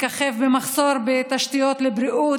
מככב במחסור בתשתיות לבריאות,